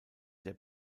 der